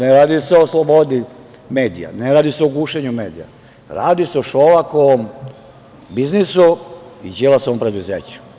Ne radi se o slobodi medija, ne radi se o gušenju medija, radi se o Šolakovom biznisu i Đilasovom preduzeću.